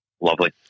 Lovely